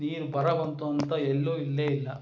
ನೀರು ಬರ ಬಂತು ಅಂತ ಎಲ್ಲೂ ಇಲ್ಲವೇ ಇಲ್ಲ